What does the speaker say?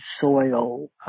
soil